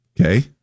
Okay